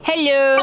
Hello